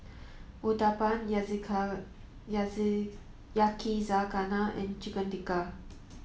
Uthapam Yakizakana and Chicken Tikka